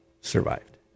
survived